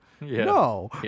no